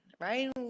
right